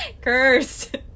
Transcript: Cursed